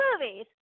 movies